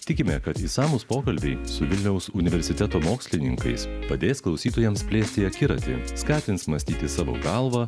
tikime kad išsamūs pokalbiai su vilniaus universiteto mokslininkais padės klausytojams plėsti akiratį skatins mąstyti savo galva